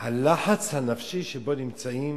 הלחץ הנפשי שבו נמצאים,